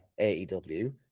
AEW